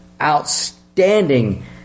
outstanding